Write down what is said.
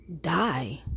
die